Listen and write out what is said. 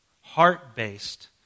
heart-based